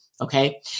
Okay